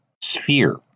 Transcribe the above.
sphere